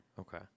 Okay